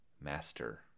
master